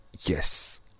Yes